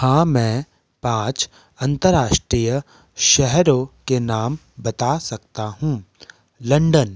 हाँ मैं पाँच अंतर्राष्टीय शहरों के नाम बता सकता हूँ लंडन